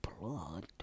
blood